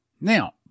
Now